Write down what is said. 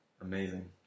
Amazing